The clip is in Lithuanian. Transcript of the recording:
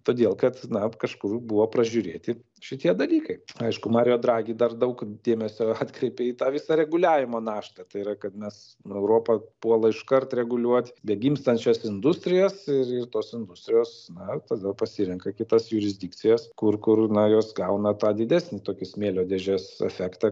todėl kad na kažkur buvo pražiūrėti šitie dalykai aišku marijo dragi dar daug dėmesio atkreipia į tą visą reguliavimo naštą tai yra kad mes europa puola iškart reguliuot begimstančias industrijas ir ir tos industrijos na tada pasirenka kitas jurisdikcijas kur kur na jos gauna tą didesnį tokį smėlio dėžės efektą